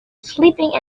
sleeping